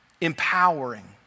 empowering